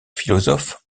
philosophes